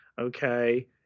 Okay